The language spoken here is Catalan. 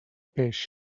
peix